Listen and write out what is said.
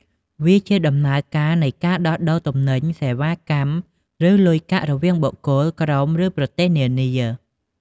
វាជា ដំណើរការនៃការដោះដូរទំនិញ សេវាកម្ម ឬលុយកាក់រវាងបុគ្គល ក្រុម ឬប្រទេសនានា។